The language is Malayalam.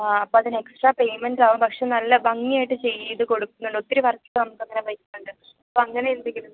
ആ അപ്പോൾ അതിന് എക്സ്ട്രാ പേയ്മെന്റ് ആകും പക്ഷെ നല്ല ഭംഗിയായിട്ട് ചെയ്ത് കൊടുക്കുന്നുണ്ട് ഒത്തിരി വർക്ക് നമുക്ക് അങ്ങനെ വരുന്നുണ്ട് അപ്പോൾ അങ്ങനെ എന്തെങ്കിലും